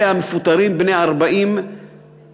אלה המפוטרים בני 40 פלוס,